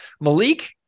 Malik